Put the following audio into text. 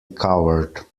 coward